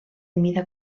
mida